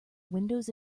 windows